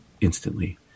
instantly